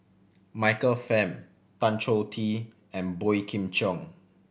Michael Fam Tan Choh Tee and Boey Kim Cheng